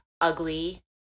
ugly